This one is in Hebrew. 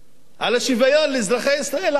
על השוויון לאזרחי ישראל הערבים,